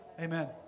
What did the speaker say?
amen